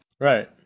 right